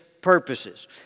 purposes